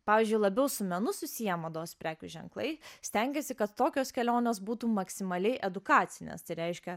pavyzdžiui labiau su menu susiję mados prekių ženklai stengiasi kad tokios kelionės būtų maksimaliai edukacinės tai reiškia